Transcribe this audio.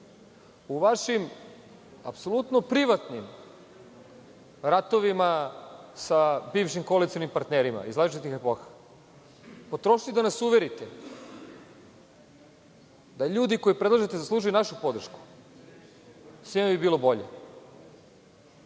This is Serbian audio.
u vašim apsolutno privatnim ratovima sa bivšim koalicionim partnerima iz različitih epoha, potrošili da nas uverite, da ljude koje predlažete, zaslužuju našu podršku, svima bi bilo bolje. Zaista